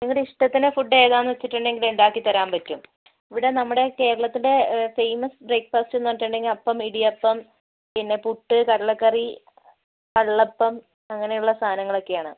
നിങ്ങടെ ഇഷ്ടത്തിന് ഫുഡ്ഡ് ഏതാന്ന് വെച്ചിട്ടുണ്ടെങ്കിൽ ഇണ്ടാക്കി തരാൻ പറ്റും ഇവിടെ നമ്മുടെ കേരളത്തിൻ്റ ഫേമസ് ബ്രേക്ക്ഫാസ്റ്റ്ന്ന് പറഞ്ഞിട്ടുണ്ടെങ്കിൽ അപ്പം ഇടിയപ്പം പിന്നെ പുട്ട് കടലക്കറി കള്ളപ്പം അങ്ങനെയുള്ള സാധനങ്ങൾ ഒക്കെയാണ്